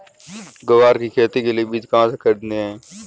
ग्वार की खेती के लिए बीज कहाँ से खरीदने हैं?